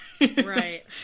right